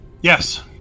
Yes